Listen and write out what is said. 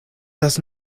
does